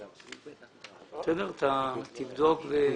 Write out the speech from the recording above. תבדוק.